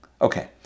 Okay